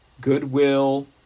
goodwill